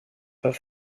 pas